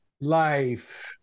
life